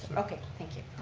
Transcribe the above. okay, thank you.